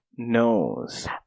nose